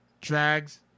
drags